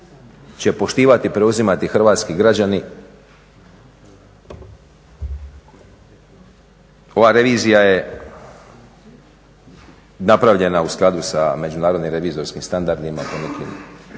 će poštivati, preuzimati hrvatski građani. Ova revizija je napravljena u skladu sa međunarodnim revizija napravljena